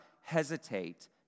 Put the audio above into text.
hesitate